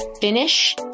finish